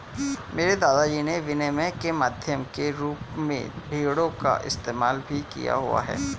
मेरे दादा जी ने विनिमय के माध्यम के रूप में भेड़ों का इस्तेमाल भी किया हुआ है